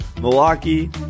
Milwaukee